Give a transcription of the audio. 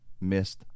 missed